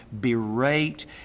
berate